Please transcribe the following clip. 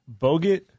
Bogut